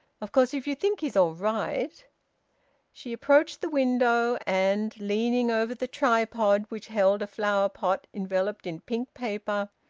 of course if you think he's all right she approached the window, and, leaning over the tripod which held a flower-pot enveloped in pink paper,